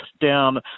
down